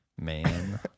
Man